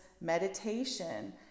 meditation